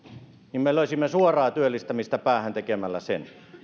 niin me löisimme työllistymistä suoraan päähän tekemällä sen